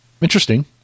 interesting